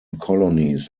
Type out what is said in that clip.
colonies